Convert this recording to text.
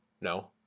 No